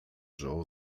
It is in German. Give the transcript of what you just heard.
joe